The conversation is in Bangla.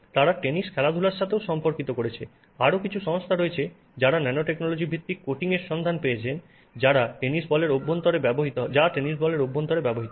তারা টেনিস খেলাধুলার সাথেও সম্পর্কিত করেছে আরও কিছু সংস্থা রয়েছে যারা ন্যানোটেকনোলজি ভিত্তিক কোটিংয়ের সন্ধান পেয়েছে যা টেনিস বলের অভ্যন্তরে ব্যবহৃত হয়